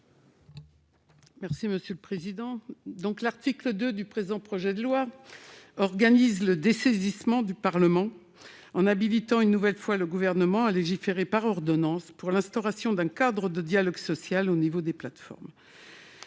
présenter l'amendement n° 22. L'article 2 du présent projet de loi organise le dessaisissement du Parlement, en habilitant une nouvelle fois le Gouvernement à légiférer par ordonnance pour l'instauration d'un cadre de dialogue social au niveau des plateformes.